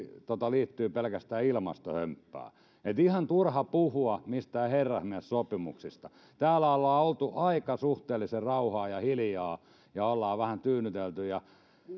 liittyvät pelkästään ilmastohömppään niin että ihan turha puhua mistään herrasmiessopimuksista täällä ollaan oltu aika suhteellisen rauhallisesti ja hiljaa ja ollaan vähän tyynnytelty ja